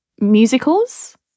musicals